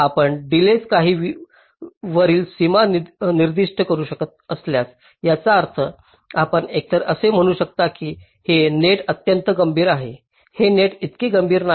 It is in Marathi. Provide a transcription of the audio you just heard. आपण डीलेय काही वरील सीमा निर्दिष्ट करू शकत असल्यास याचा अर्थ आपण एकतर असे म्हणू शकता की हे नेट अत्यंत गंभीर आहे हे नेट इतके गंभीर नाही